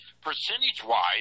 Percentage-wise